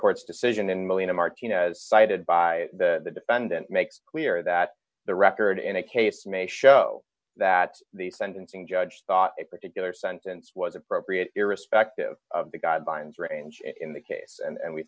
court's decision in one million a martinez cited by the defendant makes clear that the record in a case may show that the sentencing judge thought a particular sentence was appropriate irrespective of the guidelines range in the case and